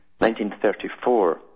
1934